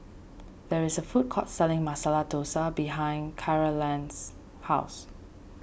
there is a food court selling Masala Dosa behind Carolann's house